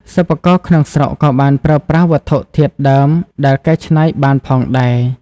សិប្បករក្នុងស្រុកក៏បានប្រើប្រាស់វត្ថុធាតុដើមដែលកែច្នៃបានផងដែរ។